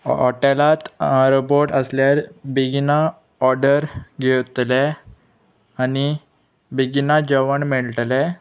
हॉटेलांत रोबोट आसल्यार बेगिना ऑर्डर घेतलें आनी बेगिना जेवण मेळटलें